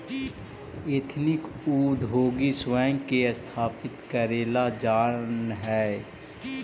ethnic उद्योगी स्वयं के स्थापित करेला जानऽ हई